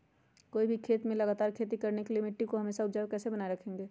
कोई भी खेत में लगातार खेती करने के लिए मिट्टी को हमेसा उपजाऊ कैसे बनाय रखेंगे?